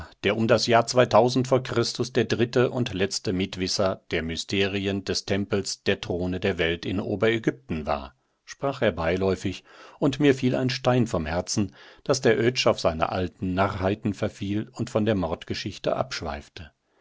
der um das jahr zweitausend vor christus der dritte und letzte mitwisser der mysterien des tempels der throne der welt in oberägypten war sprach er beiläufig und mir fiel ein stein vom herzen daß der oetsch auf seine alten narrheiten verfiel und von der mordgeschichte abschweifte